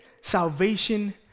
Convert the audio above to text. salvation